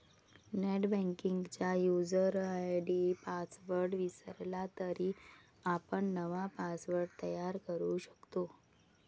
नेटबँकिंगचा user ID password विसरला तरी आपण नवा पासवर्ड तयार करू शकतो